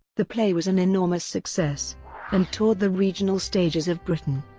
the play was an enormous success and toured the regional stages of britain.